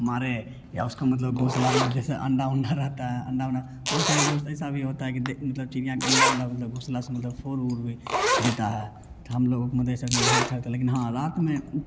मारे या उसको मतलब घोसला में जैसे अंडा उंडा रहता है अंडा बहुत सारे दोस्त ऐसा भी होता कि देख मतलब चिड़िया अंडा उंडा मतलब घोसला मतलब फोड़ ओड़ वे देता है तो हम लोग म जैसा कि नहीं अच्छा होता लेकिन हाँ रात में